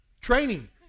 Training